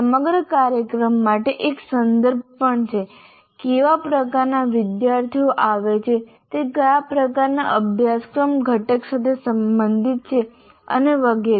સમગ્ર કાર્યક્રમ માટે એક સંદર્ભ પણ છે કેવા પ્રકારનાં વિદ્યાર્થીઓ આવે છે તે કયા પ્રકારનાં અભ્યાસક્રમ ઘટક સાથે સંબંધિત છે અને વગેરે